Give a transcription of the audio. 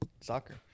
soccer